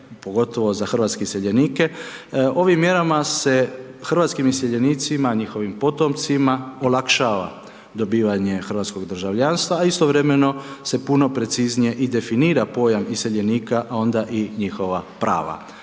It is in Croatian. pogotovo za hrvatske iseljenike ovim mjerama se hrvatskim iseljenicima, njihovim potomcima olakšava dobivanje hrvatskog državljanstva, a istovremeno se puno preciznije i definira pojam iseljenika, a onda i njihova prava.